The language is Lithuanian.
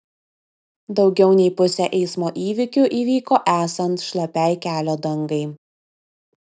daugiau nei pusė eismo įvykių įvyko esant šlapiai kelio dangai